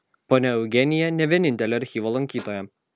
ponia eugenija ne vienintelė archyvo lankytoja